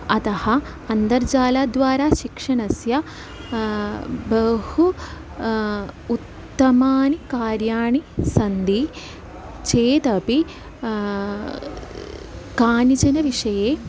अतः अन्तर्जालाद्वारा शिक्षणस्य बहु उत्तमानि कार्याणि सन्ति चेदपि कानिचन विषये